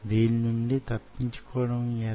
దీన్నుండి తప్పించుకోవడం మెలా